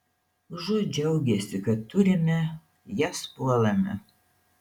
užuot džiaugęsi kad turime jas puolame